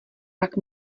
pak